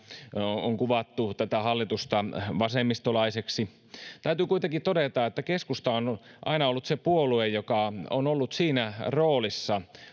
on kuvattu tätä hallitusta vasemmistolaiseksi täytyy kuitenkin todeta että keskusta on on aina ollut se puolue joka on ollut siinä roolissa